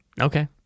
Okay